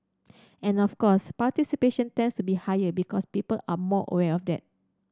and of course participation tends to be higher because people are more aware of that